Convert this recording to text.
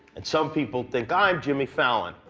and some people think i'm jimmy fallon.